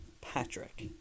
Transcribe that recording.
Patrick